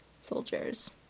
soldiers